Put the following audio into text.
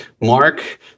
Mark